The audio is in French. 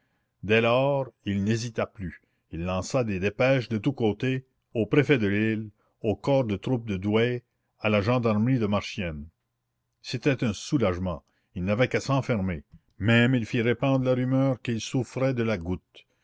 dès lors il n'hésita plus il lança des dépêches de tous côtés au préfet de lille au corps de troupe de douai à la gendarmerie de marchiennes c'était un soulagement il n'avait qu'à s'enfermer même il fit répandre la rumeur qu'il souffrait de la goutte